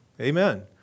Amen